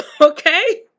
okay